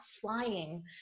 flying